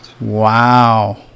Wow